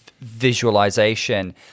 visualization